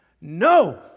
No